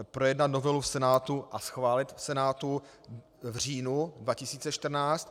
Projednat novelu v Senátu a schválit v Senátu v říjnu 2014.